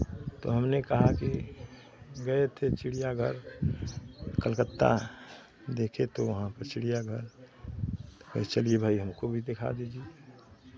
तो हमने कहा कि गए थे चिड़ियाघर कलकत्ता देखे तो वहाँ पे चिड़ियाघर कहे चलिये भाई हमको भी दिखा दीजिये